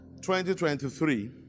2023